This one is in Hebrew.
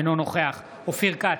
אינו נוכח אופיר כץ,